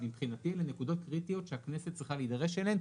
מבחינתי אלו נקודות קריטיות שהכנסת צריכה להידרש אליהן,